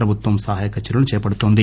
ప్రభుత్వం సహాయ చర్యలను చేపడుతోంది